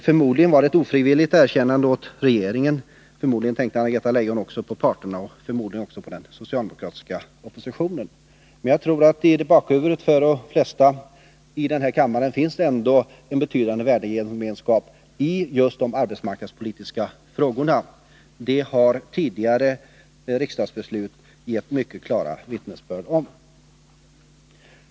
Förmodligen var det ett ofrivilligt erkännande åt regeringen. Anna-Greta Leijon tänkte väl också på parterna på arbetsmarknaden och även på den socialdemokratiska oppositionen. Men jag tror att det hos de flesta i den här kammaren ändå finns en betydande värdegemenskap när det gäller just de arbetsmarknadspolitiska frågorna. Det har tidigare riksdagsbeslut gett mycket klara vittnesbörd om.